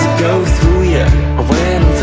go through yah when